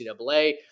NCAA